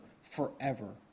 forever